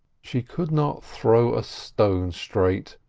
she could not throw a stone straight,